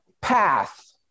path